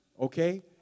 okay